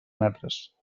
metres